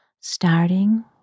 starting